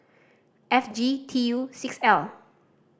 F G T U six L